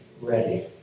ready